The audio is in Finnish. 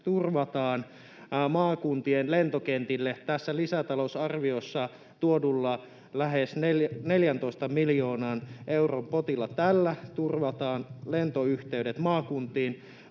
turvataan maakuntien lentokentille tässä lisätalousarviossa tuodulla lähes 14 miljoonan euron potilla. Tällä turvataan lentoyhteydet maakuntiin.